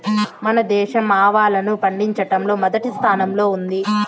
మన దేశం ఆవాలను పండిచటంలో మొదటి స్థానం లో ఉంది